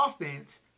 offense